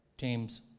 James